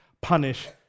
punish